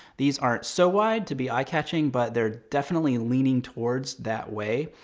these aren't so wide to be eye catching, but they're definitely leaning towards that way,